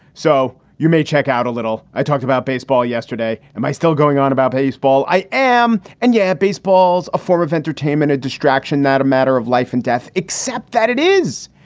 so you may check out a little i talked about baseball yesterday. am i still going on about baseball? i am. and yeah, baseball is a form of entertainment, a distraction, not a matter of life and death, except that it is.